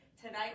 tonight